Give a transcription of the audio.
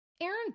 Aaron